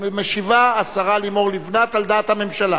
משיבה השרה לימור לבנת, על דעת הממשלה.